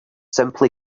simply